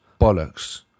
Bollocks